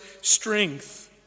strength